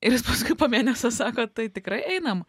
ir jis paskui po mėnesio sako tai tikrai einam